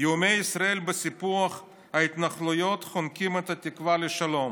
"איומי ישראל בסיפוח ההתנחלויות חונקים את התקווה לשלום".